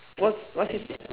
what what C_C~